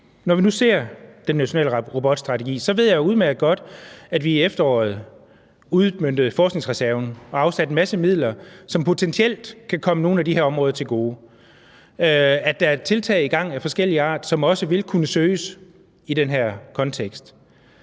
når vi nu ser den nationale robotstrategi, ved jeg udmærket godt, at vi i efteråret udmøntede forskningsreserven og afsatte en masse midler, som potentielt kan komme nogle af de her områder til gode, og at der er tiltag i gang af forskellig art, som også vil kunne søges i den her kontekst.